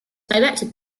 directed